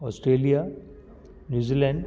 Australia New Zealand